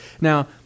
Now